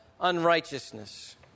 unrighteousness